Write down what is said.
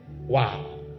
Wow